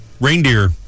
reindeer